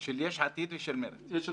של יש עתיד ושל מרצ.